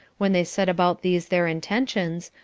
when they set about these their intentions,